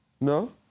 No